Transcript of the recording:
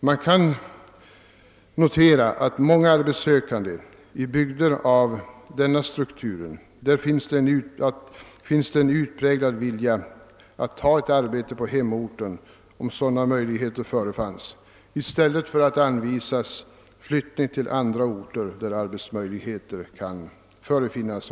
Man kan notera att många arbetssökande i bygder med denna struktur har en utpräglad vilja att ta arbete på hemorten, om sådant står att få, i stället för att flytta till andra orter där arbetsmöjligheter finns.